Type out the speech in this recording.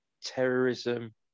terrorism